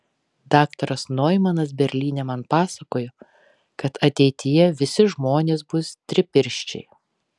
daktaras noimanas berlyne man pasakojo kad ateityje visi žmonės bus tripirščiai